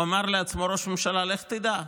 אמר לעצמו ראש הממשלה: לך תדע.